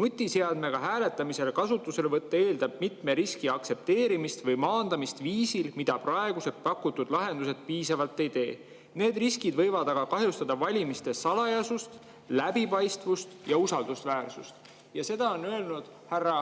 "Nutiseadmega hääletamise kasutuselevõtt eeldab mitme riski aktsepteerimist või maandamist viisil, mida praegused pakutud lahendused piisavalt ei tee. Need riskid võivad aga kahjustada valimiste salajasust, läbipaistvust ja usaldusväärsust." Seda on öelnud härra